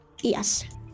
Yes